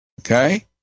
okay